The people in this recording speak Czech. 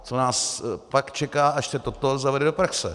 Co nás pak čeká, až se toto zavede do praxe.